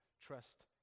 trust